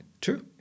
true